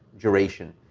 duration.